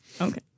Okay